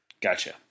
Gotcha